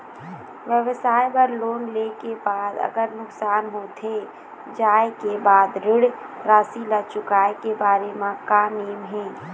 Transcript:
व्यवसाय बर लोन ले के बाद अगर नुकसान होथे जाय के बाद ऋण राशि ला चुकाए के बारे म का नेम हे?